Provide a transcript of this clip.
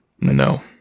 no